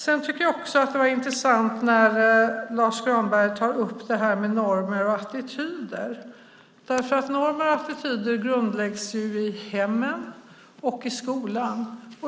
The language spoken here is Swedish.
Det var också intressant att Lars U Granberg tar upp detta med normer och attityder. De grundläggs ju i hemmen och i skolan.